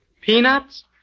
Peanuts